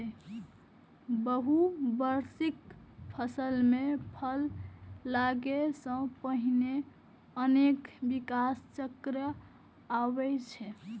बहुवार्षिक फसल मे फल लागै सं पहिने अनेक विकास चक्र आबै छै